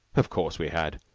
of course we had.